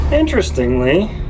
Interestingly